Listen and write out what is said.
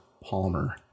palmer